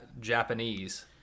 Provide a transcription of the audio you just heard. japanese